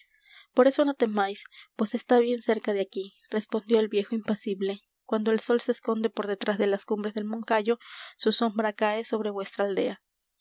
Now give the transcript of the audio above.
por eso no temáis pues está bien cerca de aquí respondió el viejo impasible cuando el sol se esconde por detrás de las cumbres del moncayo su sombra cae sobre vuestra aldea